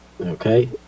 Okay